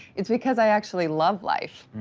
it's because i actually love life.